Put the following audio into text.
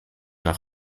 nach